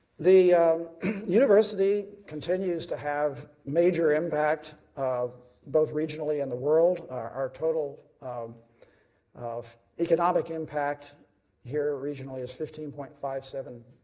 the university continues to have major impact of both regionally in the world, our total um economic impact here regionally is fifteen point five seven,